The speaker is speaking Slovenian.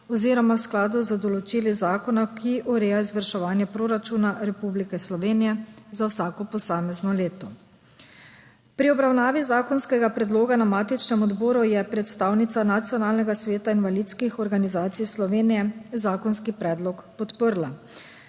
oziroma v skladu z določili zakona, ki ureja izvrševanje proračuna Republike Slovenije za vsako posamezno leto. Pri obravnavi zakonskega predloga na matičnem odboru je predstavnica Nacionalnega sveta invalidskih organizacij Slovenije zakonski predlog podprla.